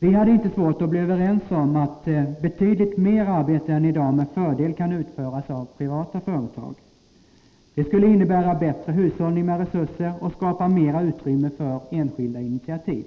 Vi hade inte svårt att bli överens om att betydligt mera arbete än i dag med fördel kan utföras av privata företag. Det skulle innebära bättre hushållning med resurser och skapa mera utrymme för enskilda initiativ.